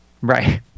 Right